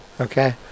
Okay